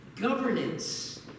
governance